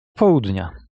południa